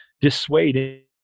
dissuade